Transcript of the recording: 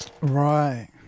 Right